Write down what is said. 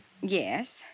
Yes